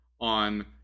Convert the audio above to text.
on